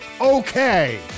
Okay